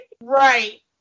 Right